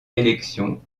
élection